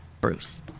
Bruce